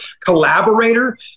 collaborator